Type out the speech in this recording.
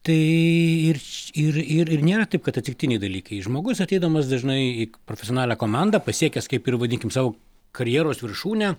tai ir ir ir ir nėra taip kad atsitiktiniai dalykai žmogus ateidamas dažnai į profesionalią komandą pasiekęs kaip ir vadinkim savo karjeros viršūnę